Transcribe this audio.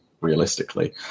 realistically